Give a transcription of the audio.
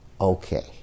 okay